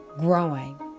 growing